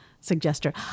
suggester